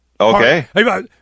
Okay